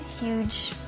huge